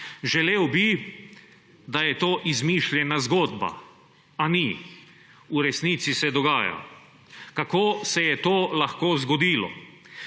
Želel bi, da je to izmišljena zgodba, a ni. V resnici se dogaja. Kako se je to lahko zgodilo?